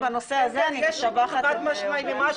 השאלה השנייה נוגעת לנושא מה שאנחנו